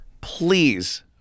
please